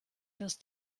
dass